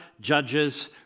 judges